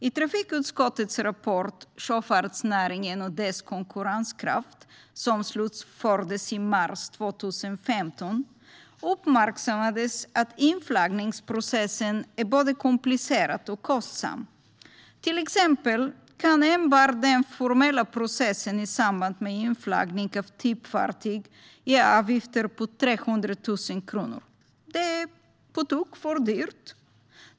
I trafikutskottets rapport Sjöfartsnäringen och dess konkurrenskraft , som slutfördes i mars 2015, uppmärksammades att inflaggningsprocessen är både komplicerad och kostsam. Till exempel kan den formella processen i samband med inflaggning av typfartyg ge avgifter på 300 000 kronor. Det är på tok för dyrt.